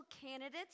candidates